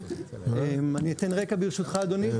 אני אתן רקע ברשותך אדוני,